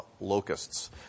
locusts